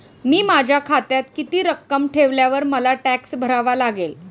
मी माझ्या खात्यात किती रक्कम ठेवल्यावर मला टॅक्स भरावा लागेल?